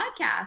podcast